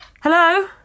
Hello